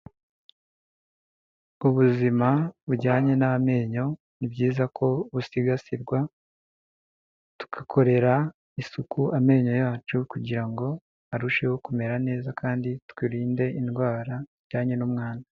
Ubuzima bujyanye n'amenyo ni byiza ko usigasirwa, tugakorera isuku amenyo yacu kugira ngo arusheho kumera neza kandi twirinde indwara ijyanye n'umwanda.